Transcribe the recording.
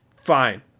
fine